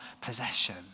possession